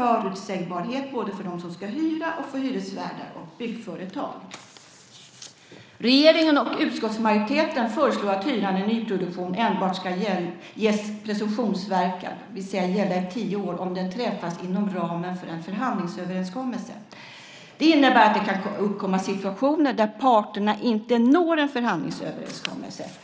förutsägbarhet både för dem som ska hyra och för hyresvärdar och byggföretag. Regeringen och utskottsmajoriteten föreslår att hyran i nyproduktion enbart ska ges presumtionsverkan, det vill säga gälla i tio år, om den avtalats inom ramen för en förhandlingsöverenskommelse. Det innebär att det kan uppkomma situationer där parterna inte når en förhandlingsöverenskommelse.